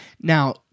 Now